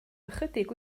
ychydig